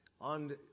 On